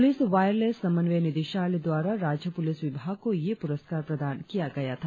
police wireless समन्वय निदेशालय द्वारा राज्य पुलिस विभाग को यह पुरस्कार प्रदान किया गया था